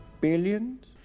billions